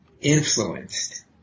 influenced